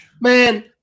Man